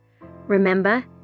Remember